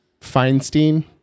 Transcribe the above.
Feinstein